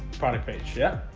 product page. yeah,